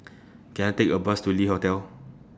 Can I Take A Bus to Le Hotel